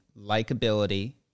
likability